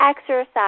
exercise